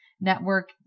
network